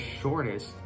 shortest